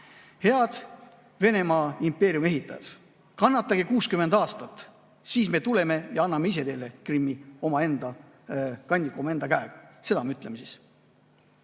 Head Venemaa impeeriumi ehitajad! Kannatage 60 aastat, siis me tuleme ja anname ise teile Krimmi kandikul omaenda käega. Seda me ütleme siis.